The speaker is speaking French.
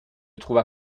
trouva